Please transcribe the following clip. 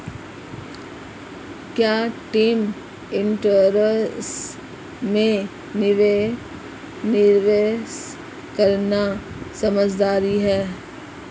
क्या term insurance में निवेश करना समझदारी है?